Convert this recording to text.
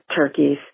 turkeys